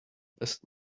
best